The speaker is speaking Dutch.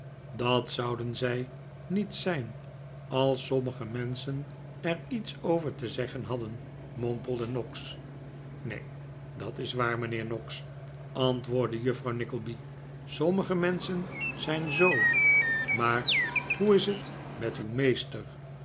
dat zouden zij niet zijn als sommige menschen er iets over te zeggen hadden mompelde noggs neen dat is waar mijnheer noggs antwoordde juffrouw nickleby sommige menschen zijn zoo maar hoe is het met uw meester